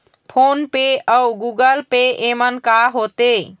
Phone पे अउ Google पे येमन का होते?